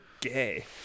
gay